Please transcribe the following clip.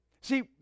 See